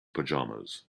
pajamas